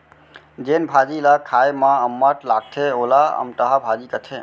जेन भाजी ल खाए म अम्मठ लागथे वोला अमटहा भाजी कथें